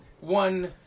one